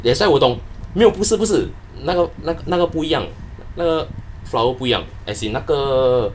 that's why 我懂没有不是不是那个那个不一样那个 flower 不一样 as in 那个